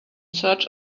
search